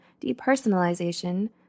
depersonalization